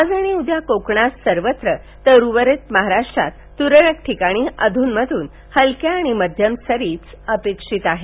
आज आणि उद्या कोकणात सर्वत्र तर उर्वरित महाराष्ट्रात त्रळक ठिकाणी अध्न मधून हलक्या ते मध्यम सरीच अपेक्षित आहेत